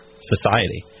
society